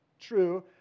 True